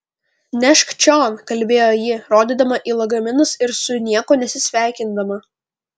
nešk čion kalbėjo ji rodydama į lagaminus ir su niekuo nesisveikindama